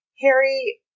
Harry